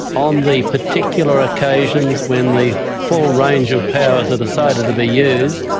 on the particular occasions when the full range of powers are decided to be used,